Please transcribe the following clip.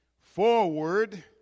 Forward